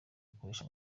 akoresha